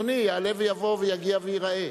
אדוני יעלה ויבוא ויגיע וייראה